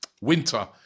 winter